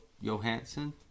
Johansson